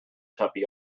tuppy